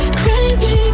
crazy